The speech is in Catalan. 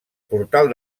portal